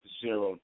zero